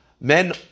Men